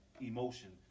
emotion